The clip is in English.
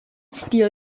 steal